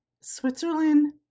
Switzerland